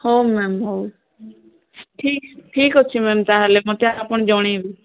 ହଉ ମ୍ୟାମ୍ ହଉ ଠିକ୍ ଠିକ୍ ଅଛି ମ୍ୟାମ୍ ତାହେଲେ ମୋତେ ଆପଣ ଜଣେଇବେ